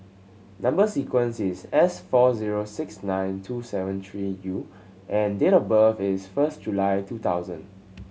number sequence is S four zero six nine two seven three U and date of birth is first July two thousand